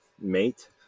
mate